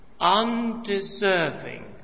undeserving